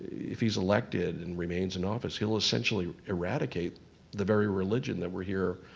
if he's elected and remains in office, he'll essentially eradicate the very religion that we're here